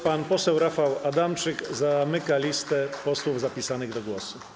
Pan poseł Rafał Adamczyk zamyka listę posłów zapisanych do zabrania głosu.